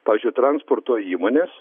pavyzdžiui transporto įmonės